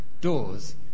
doors